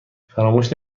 فراموش